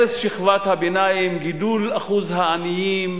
הרס שכבת הביניים, גידול אחוז העניים,